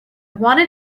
wanted